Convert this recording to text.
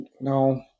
no